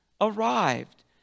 arrived